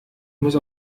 muss